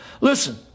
Listen